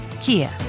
Kia